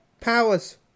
powers